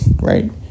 Right